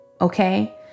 Okay